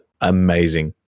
amazing